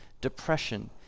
depression